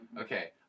Okay